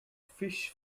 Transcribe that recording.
fish